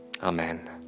amen